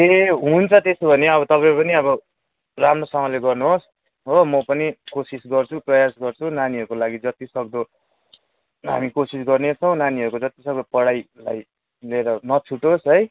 ए हुन्छ त्यसो भने अब तपाईँ पनि अब राम्रोसँगले गर्नुहोस् हो म पनि कोसिस गर्छु प्रयास गर्छु नानीहरूको लागि जतिसक्दो हामी कोसिस गर्नेछौँ नानीहरूको जतिसक्दो पढाईलाई लिएर नछुटोस् है